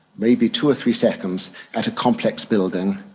maybe two or three seconds at a complex building,